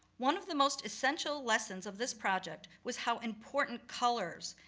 one of the most essential lessons of this project, was how important colors,